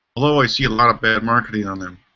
although i see a lot of bad marketing on them.